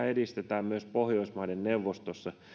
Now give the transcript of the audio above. edistetään myös pohjoismaiden neuvostossa